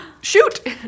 shoot